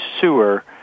sewer